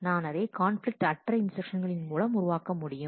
நான் அதை கான்பிலிக்ட் அற்ற இன்ஸ்டிரக்ஷன்ஸ்களின் மூலம் மாற்ற முடியும்